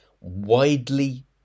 widely